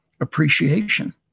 appreciation